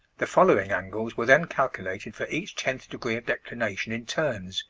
the following angles were then calculated for each tenth degree of declination in turns,